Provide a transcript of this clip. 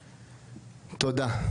תודה.